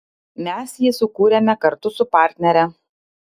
mes jį sukūrėme kartu su partnere